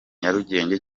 nyarugenge